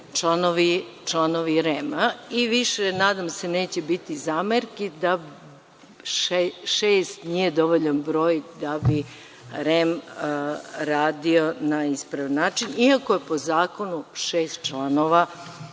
članovi REM-a. Više, nadam se, neće biti zamerki da šest nije dovoljan broj da bi REM radio na ispravan način, iako je po zakonu šest članova